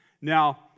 Now